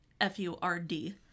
F-U-R-D